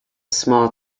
smart